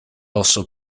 also